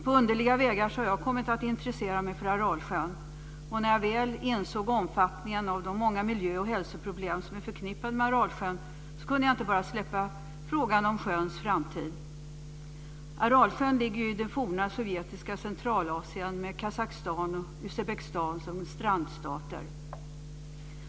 På underliga vägar har jag kommit att intressera mig för Aralsjön. När jag väl insåg omfattningen av de många miljö och hälsoproblem som är förknippade med Aralsjön kunde jag inte bara släppa frågan om sjöns framtid. Aralsjön ligger ju i det forna sovjetiska Centralasien med Kazakstan och Uzbekistan som strandstater.